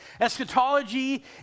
Eschatology